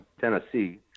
Tennessee